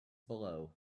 below